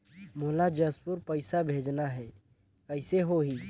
मोला जशपुर पइसा भेजना हैं, कइसे होही?